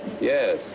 Yes